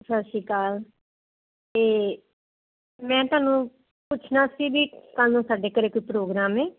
ਸਤਿ ਸ਼੍ਰੀ ਅਕਾਲ ਤੇ ਮੈਂ ਤੁਹਾਨੂੰ ਪੁੱਛਣਾ ਸੀ ਵੀ ਕੱਲ ਸਾਡੇ ਘਰੇ ਕੋਈ ਪ੍ਰੋਗਰਾਮ ਏ